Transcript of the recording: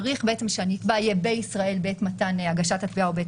צריך שהנתבע יהיה בישראל בעת הגשת התביעה או בעת